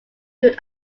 good